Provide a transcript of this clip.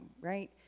right